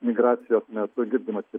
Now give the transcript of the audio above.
migracijos metu girdimas